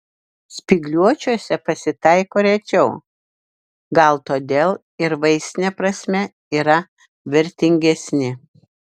spygliuočiuose pasitaiko rečiau gal todėl ir vaistine prasme yra vertingesni